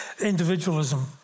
individualism